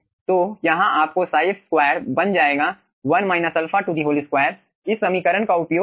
तो यहाँ आपको ϕ f2 बन जाएगा 1 α 2 इस समीकरण का उपयोग करके